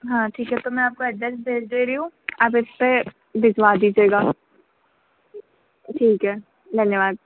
हाँ ठीक है तो मैं आपको एड्रैस भेज दे रही हूँ आप इस पर भिजवा दीजिएगा ठीक है धन्यवाद